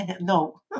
No